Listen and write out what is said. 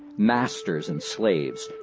masters and slaves,